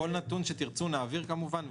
כל נתון שתרצו אנחנו נעביר כמובן.